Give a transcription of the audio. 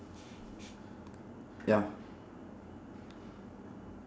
ya